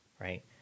right